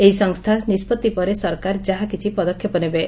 ଏହି ସଂସ୍ରା ନିଷ୍ବତ୍ତି ପରେ ସରକାରେ ଯାହା କିଛି ପଦକ୍ଷେପ ନେବେ